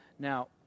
Now